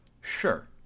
Sure